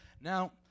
Now